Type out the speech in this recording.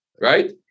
right